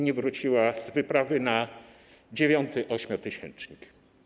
Nie wróciła z wyprawy na dziewiąty ośmiotysięcznik.